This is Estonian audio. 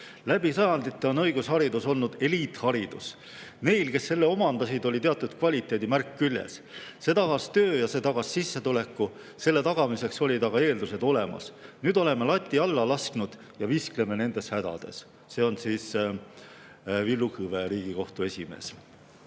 Läbi sajandite on õigusharidus olnud eliitharidus. Neil, kes selle omandasid, oli teatud kvaliteedimärk küljes. See tagas töö ja see tagas sissetuleku, selle tagamiseks olid aga eeldused olemas. Nüüd oleme lati alla lasknud ja viskleme nendes hädades." See on siis Villu Kõve, Riigikohtu esimees. Teine